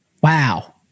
Wow